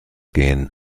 gehen